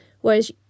whereas